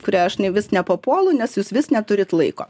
kurią aš vis nepapuolu nes jūs vis neturit laiko